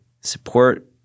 support